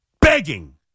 begging